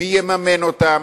מי יממן אותם?